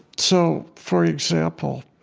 so, for example,